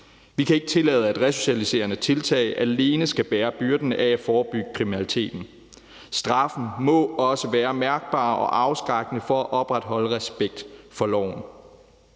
Vi kan ikke tillade, at resocialiserende tiltag alene skal bære byrden af at forebygge kriminaliteten. Straffen må også være mærkbar og afskrækkende for at opretholde respekt for loven.